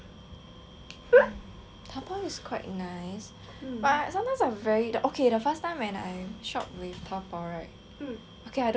Taobao is quite nice but sometimes I'm very okay the first time when I shop with Taobao right okay I don't even shop with Taobao cause